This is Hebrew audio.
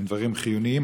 הם דברים חיוניים,